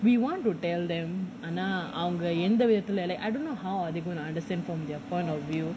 we want to tell them ஆனா அவங்க எந்த விதத்துல:aana avanga entha vithathula I don't know how are they going to understand from their point of view